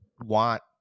want